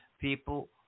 People